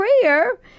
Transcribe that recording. prayer